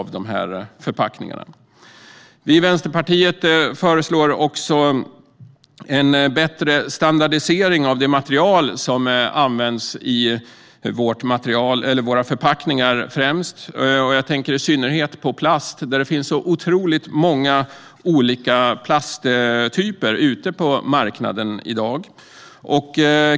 Vi i Vänsterpartiet föreslår också en bättre standardisering av det material som används främst i våra förpackningar. Jag tänker i synnerhet på plast, där det finns så otroligt många olika typer ute på marknaden i dag.